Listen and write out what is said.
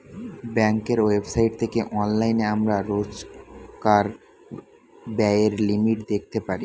ব্যাঙ্কের ওয়েবসাইট থেকে অনলাইনে আমরা রোজকার ব্যায়ের লিমিট দেখতে পারি